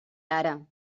ara